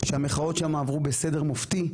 שהמחאות שם עברו בסדר מופתי,